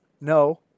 no